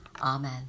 Amen